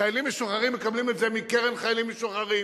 חיילים משוחררים מקבלים את זה מקרן חיילים משוחררים.